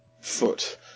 foot